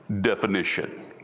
definition